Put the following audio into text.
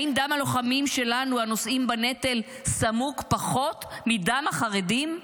האם דם הלוחמים שלנו הנושאים בנטל סמוק פחות מדם החרדים?